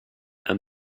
and